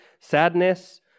Sadness